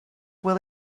will